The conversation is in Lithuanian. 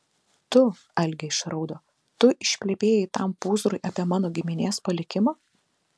tu algė išraudo tu išplepėjai tam pūzrui apie mano giminės palikimą